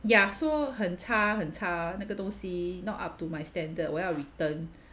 ya 说很差很差那个东西 not up to my standard 我要 return